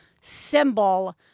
symbol